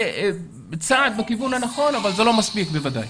זה צעד בכיוון הנכון אבל זה לא מספיק בוודאי.